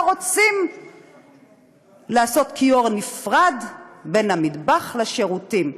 רוצים לעשות כיור נפרד בין המטבח לשירותים,